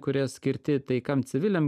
kurie skirti tai kam civiliam